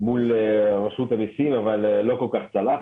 מול רשות המסים אבל זה לא צלח.